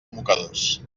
mocadors